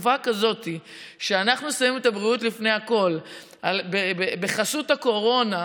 בתקופה כזו שבה אנחנו שמים את הבריאות לפני הכול בחסות הקורונה,